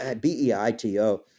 B-E-I-T-O